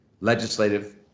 legislative